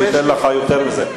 אני אתן לך יותר מזה.